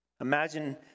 Imagine